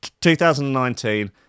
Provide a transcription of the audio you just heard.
2019